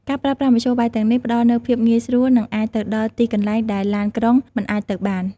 ការប្រើប្រាស់មធ្យោបាយទាំងនេះផ្តល់នូវភាពងាយស្រួល និងអាចទៅដល់ទីកន្លែងដែលឡានក្រុងមិនអាចទៅបាន។